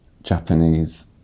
Japanese